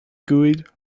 guyed